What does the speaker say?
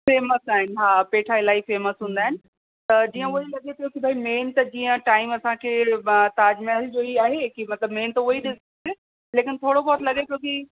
famous आहिनि हा पेठा इलाही फ़ेमस हूंदा आहिनि जीअं उअं ई लॻे पियो कि भई मेन त जीअं टाइम असांखे हा ताजमहेल जो ई आहे कि मेन त उहो ई ॾिसि लेकिनि थोरो बहुत लॻे पियो कि